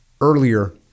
earlier